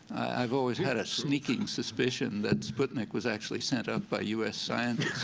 i've always had a sneaking suspicion that sputnik was actually sent up by us scientists.